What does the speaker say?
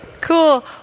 cool